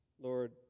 Lord